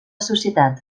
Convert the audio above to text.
societat